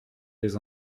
tes